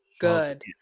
good